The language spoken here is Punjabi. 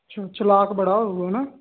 ਅੱਛਾ ਚਲਾਕ ਬੜਾ ਉਹ ਹੈ ਨਾ